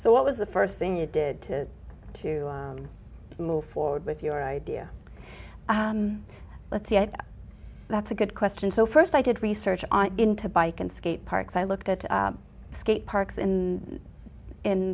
so what was the first thing you did to move forward with your idea let's yeah that's a good question so first i did research on into bike and skate parks i looked at skate parks and in